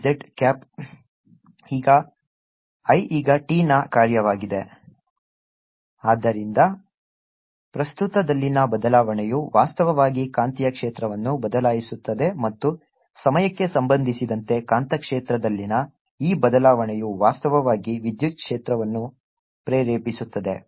B0nI z ಈಗ I ಈಗ t ನ ಕಾರ್ಯವಾಗಿದೆ ಆದ್ದರಿಂದ ಪ್ರಸ್ತುತದಲ್ಲಿನ ಬದಲಾವಣೆಯು ವಾಸ್ತವವಾಗಿ ಕಾಂತೀಯ ಕ್ಷೇತ್ರವನ್ನು ಬದಲಾಯಿಸುತ್ತದೆ ಮತ್ತು ಸಮಯಕ್ಕೆ ಸಂಬಂಧಿಸಿದಂತೆ ಕಾಂತಕ್ಷೇತ್ರದಲ್ಲಿನ ಈ ಬದಲಾವಣೆಯು ವಾಸ್ತವವಾಗಿ ವಿದ್ಯುತ್ ಕ್ಷೇತ್ರವನ್ನು ಪ್ರೇರೇಪಿಸುತ್ತದೆ